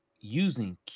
using